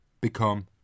become